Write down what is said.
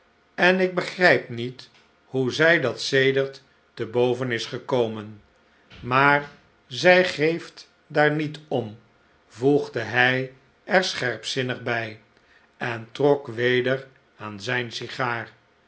en ik begrijp niet hoe zij dat sedert te boven is gekomen maar zij geeft daar nist om voegde hij er sfeherpzinnig bij en trok weder aan zijne sigaar